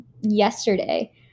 yesterday